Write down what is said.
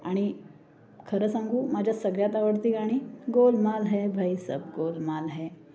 आणि खरं सांगू माझ्या सगळ्यात आवडती गाणी गोलमाल है भई सब गोलमाल है